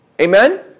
Amen